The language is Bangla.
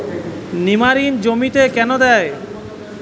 নিমারিন জমিতে কেন দেয়?